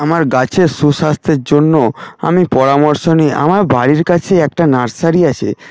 আমার গাছের সুস্বাস্থ্যের জন্য আমি পরামর্শ নিয়ে আমার বাড়ির কাছেই একটা নার্সারি আছে